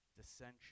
dissension